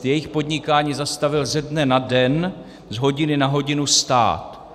Jejich podnikání zastavil ze dne na den, z hodiny na hodinu stát.